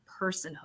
personhood